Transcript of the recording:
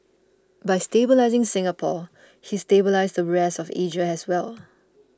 by stabilising Singapore he stabilised the rest of Asia as well